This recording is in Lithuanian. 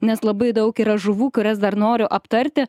nes labai daug yra žuvų kurias dar noriu aptarti